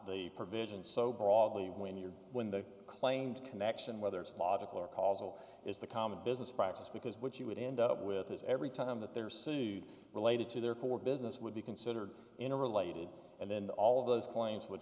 the provision so broadly when you're when the claimed connection whether it's logical or causal is the common business practice because what you would end up with is every time that their suit related to their for business would be considered in a related and then all of those claims would